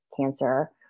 cancer